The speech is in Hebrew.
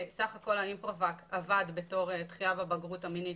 בסך הכול האימפרוואק עבד בתור דחייה בבגרות המינית,